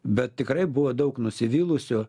bet tikrai buvo daug nusivylusių